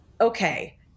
okay